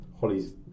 Holly's